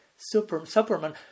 Superman